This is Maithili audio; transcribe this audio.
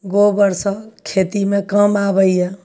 गोबरसँ खेतीमे काम आबैए